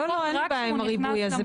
לא, אין בעיה עם הריבוי הזה.